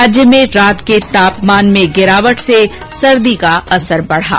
राज्य में रात के तापमान में गिरावट से सर्दी का असर बढ़ा